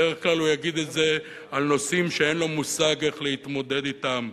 בדרך כלל הוא יגיד את זה על נושאים שאין לו מושג איך להתמודד אתם.